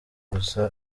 gusa